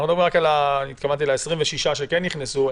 התכוונתי ל-26 שכן נכנסו,